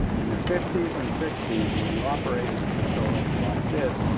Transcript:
in the fifty s and sixty s, when you operated a facility like this,